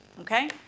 okay